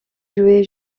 joué